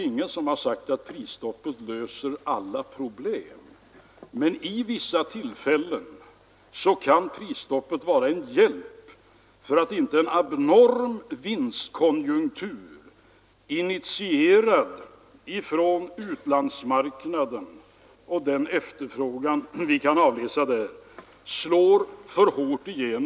I sådana fall där uppgörelsen mellan partierna framstår som det bättre alternativet än vad striden innebär bör dock rimligtvis en sådan uppgörelse kunna träffas utan alla de kommentarer som den här uppgörelsen har behängts med.